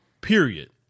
period